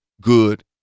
good